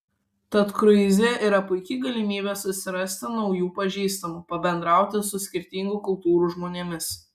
tad kruize yra puiki galimybė susirasti naujų pažįstamų pabendrauti su skirtingų kultūrų žmonėmis